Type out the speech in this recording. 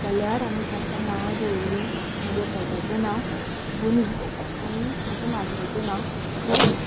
जाल्यार आमी तांकां नांवां दवरलीं म्हज्या पेट्याचें नांव बुनी आनी म्हज्या माजराचें नांव बोफी